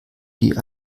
die